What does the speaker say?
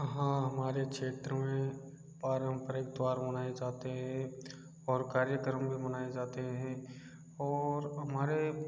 हाँ हमारे क्षेत्रों में पारम्परिक त्यौहार मनाए जाते हैं और कार्यक्रम में मनाए जाते हैं और हमारे